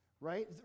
Right